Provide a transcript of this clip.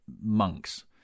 monks